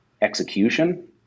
execution